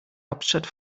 hauptstadt